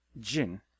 Jin